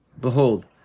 Behold